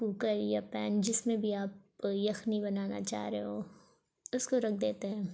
cooker یا pan جس میں بھی آپ یخنی بنانا چاہ رہے ہوں اس کو رکھ دیتے ہیں